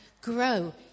grow